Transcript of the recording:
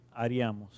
haríamos